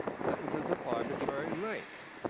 sentences of arbitrary length?